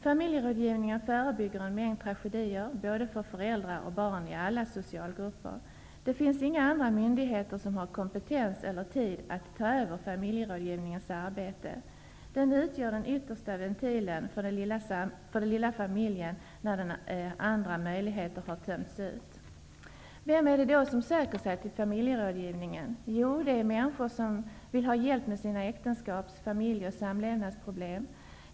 Familjerådgivningen förebygger en mängd tragedier för både föräldrar och barn i alla socialgrupper. Det finns inga andra myndigheter som har kompetens eller tid att ta över familjerådgivningens arbete. Den utgör den yttersta ventilen för den lilla familjen när andra möjligheter har tömts ut. Vilka är det då som söker sig till familjerådgivningen? Jo, det är människor som vill ha hjälp med sina äktenskaps-, familje och samlevnadsproblem.